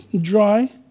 dry